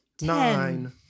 Nine